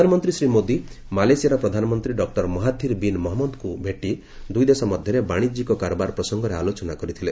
ପ୍ରଧାନମନ୍ତ୍ରୀ ଶ୍ରୀ ମୋଦି ମାଲେସିଆର ପ୍ରଧାନମନ୍ତ୍ରୀ ଡକ୍କର ମହାଥିର୍ ବିନ୍ ମହଞ୍ମଦଙ୍କୁ ଭେଟି ଦୁଇ ଦେଶ ମଧ୍ୟରେ ବାଶିଜ୍ୟିକ କାରବାର ପ୍ରସଙ୍ଗରେ ଆଲୋଚନା କରିଥିଲେ